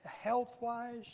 health-wise